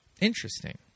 Interesting